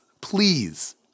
Please